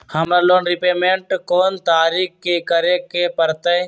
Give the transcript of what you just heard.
हमरा loan repayment कोन तारीख के करे के परतई?